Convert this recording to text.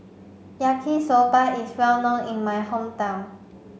Yaki Soba is well known in my hometown